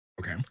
Okay